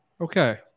okay